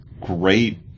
great